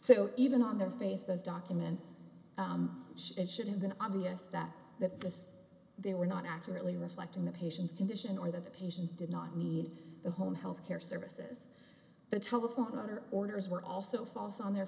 so even on their face those documents should have been obvious that the as they were not accurately reflecting the patient's condition or that the patients did not need a home health care services the telephone water orders were also false on their